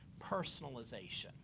personalization